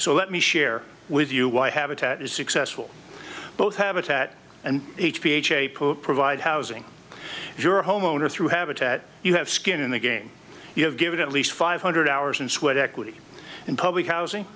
so let me share with you why habitat is successful both habitat and h p h a poor provide housing you're a homeowner through habitat you have skin in the game you have given at least five hundred hours and sweat equity in public housing